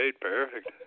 perfect